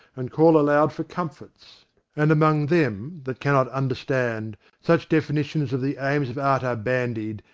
and call aloud for comfits and among them that cannot understand such definitions of the aims of art are bandied,